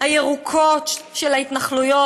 הירוקות של ההתנחלויות.